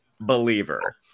Believer